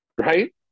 right